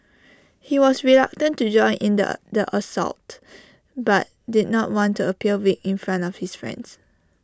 he was reluctant to join in the A the assault but did not want appear weak in front of his friends